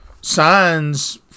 signs